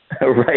Right